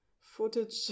footage